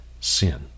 sin